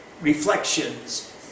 reflections